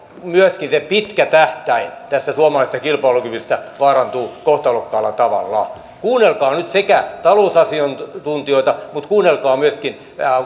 myöskin se pitkä tähtäin tästä suomalaisesta kilpailukyvystä vaarantuu kohtalokkaalla tavalla kuunnelkaa nyt talousasiantuntijoita mutta kuunnelkaa myöskin